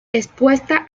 expuesta